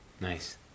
Nice